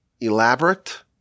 elaborate